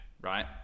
right